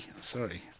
sorry